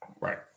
Right